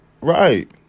right